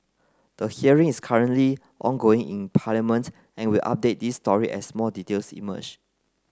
the hearing is currently ongoing in Parliament and we update this story as more details emerge